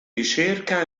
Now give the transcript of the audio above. ricerca